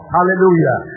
Hallelujah